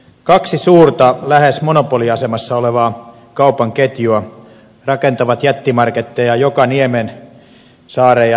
kaksi suurta lähes monopoliasemassa olevaa kaupan ketjua rakentavat jättimarketteja joka niemeen saareen ja notkelmaan